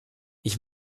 ich